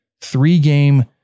three-game